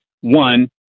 One